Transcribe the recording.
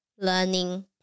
learning